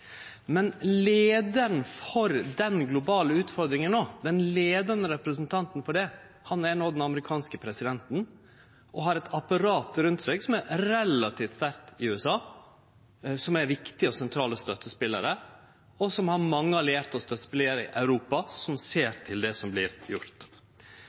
Men den leiande representanten for den globale utfordringa er no den amerikanske presidenten, som har eit apparat rundt seg som er relativt sterkt i USA, som er viktige og sentrale støttespelarar, og som har mange allierte støttespelarar i Europa som ser til det som vert gjort.